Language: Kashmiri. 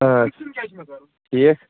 ٹھیٖک